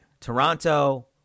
Toronto